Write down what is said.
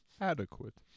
Adequate